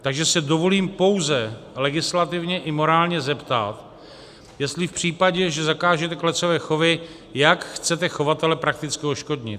Takže si dovolím pouze se legislativně i morálně zeptat, jestli v případě, že zakážete klecové chovy, jak chcete chovatele prakticky odškodnit.